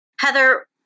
Heather